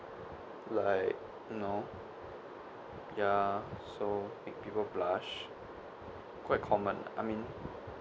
like you know ya so like people blush quite common lah I mean